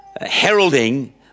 heralding